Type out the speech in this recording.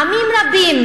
עמים רבים,